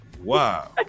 Wow